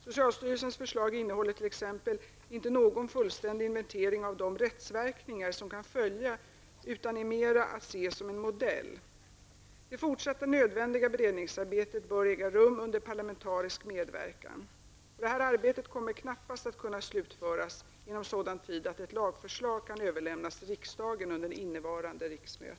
Socialstyrelsens förslag innehåller t.ex inte någon fullständig inventering av de rättsverkningar som kan följa, utan är mera att se som en modell. Det fortsatta nödvändiga beredningsarbetet bör äga rum under parlamentarisk medverkan. Detta arbete kommer knappast att kunna slutföras inom sådan tid att ett lagförslag kan överlämnas till riksdagen under innevarande riksmöte.